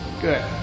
good